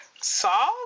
Solve